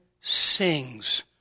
sings